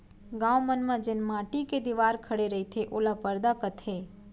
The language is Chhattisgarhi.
गॉंव मन म जेन माटी के दिवार खड़े रईथे ओला परदा कथें